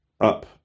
up